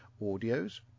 audios